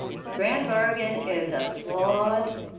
the grand bargain is a flawed,